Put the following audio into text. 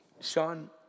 Sean